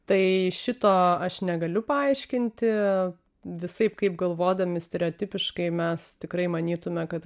tai šito aš negaliu paaiškinti visaip kaip galvodami stereotipiškai mes tikrai manytume kad